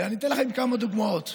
ואני אתן לכם כמה דוגמאות.